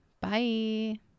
Bye